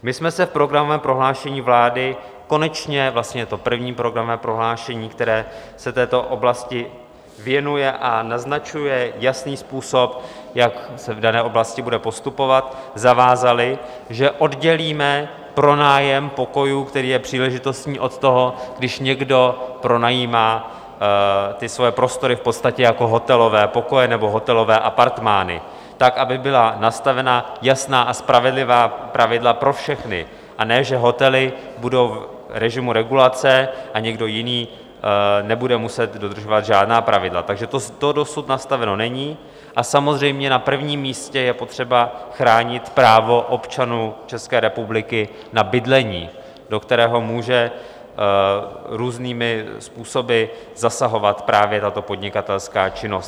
My jsme se v programovém prohlášení vlády konečně vlastně je to první programové prohlášení, které se této oblasti věnuje a naznačuje jasný způsob, jak se v dané oblasti bude postupovat zavázali, že oddělíme pronájem pokojů, který je příležitostný, od toho, když někdo pronajímá své prostory v podstatě jako hotelové pokoje nebo hotelové apartmány, tak, aby byla nastavena jasná a spravedlivá pravidla pro všechny, a ne že hotely budou v režimu regulace a někdo jiný nebude muset dodržovat žádná pravidla, to dosud nastaveno není, a samozřejmě na prvním místě je třeba chránit právo občanů České republiky na bydlení, do kterého může různými způsoby zasahovat právě tato podnikatelská činnost.